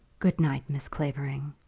good-night, miss clavering,